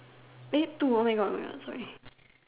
wait two oh my God sorry sorry